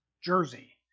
jersey